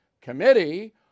Committee